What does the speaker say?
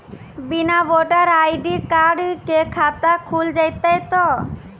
बिना voter ID card के खाता खुल जैते तो?